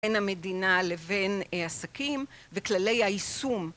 בין המדינה לבין עסקים וכללי היישום